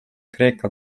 kreeka